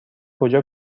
کجا